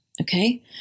Okay